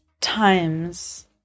times